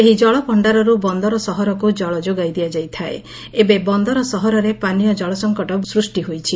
ଏହି ଜଳଭଣ୍ତାରରୁ ବନ୍ଦର ସହରକୁ ଜଳ ଯୋଗାଇ ଦିଆଯାଇଥାଏ ଏବେ ବନ୍ଦର ସହରରେ ପାନୀୟ ଜଳ ସଙ୍କଟ ସୃଷ୍ ହୋଇଛି